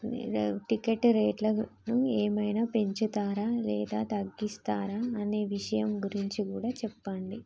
ticket రేట్ల గు ఏమైనా పెంచుతారా లేదా తగ్గిస్తారా అనే విషయం గురించి కూడా చెప్పండి